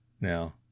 now